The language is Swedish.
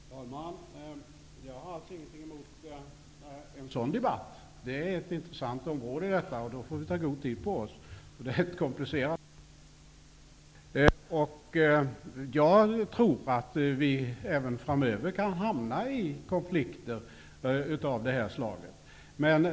Herr talman! Jag har ingenting emot en sådan debatt. Detta är intressanta områden, men då får vi ta god tid på oss, därför att det rör sig om komplicerade frågor. Jag tror att vi även framöver kan hamna i konflikter av det här slaget.